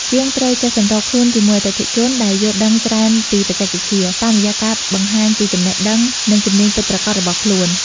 ជាងត្រូវចេះសម្របខ្លួនជាមួយអតិថិជនដែលយល់ដឹងច្រើនពីបច្ចេកវិទ្យា តាមរយៈការបង្ហាញពីចំណេះដឹង និងជំនាញពិតប្រាកដរបស់ខ្លួន។